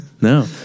No